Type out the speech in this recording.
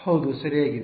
ಹೌದು ಸರಿಯಾಗಿದೆ